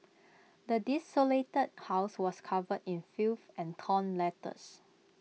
the desolated house was covered in filth and torn letters